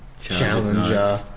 Challenger